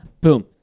boom